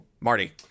Marty